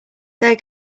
there